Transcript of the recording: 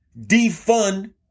Defund